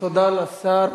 תודה לשר.